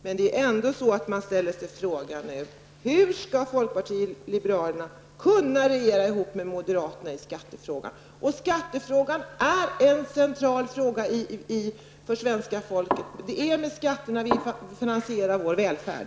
Men nu ställer man sig ändå frågan: Hur skall folkpartiet liberalerna kunna regera tillsammans med moderaterna i skattefrågan? Skattefrågan är en central fråga för svenska folket; det är med skatterna vi finansierar vår välfärd.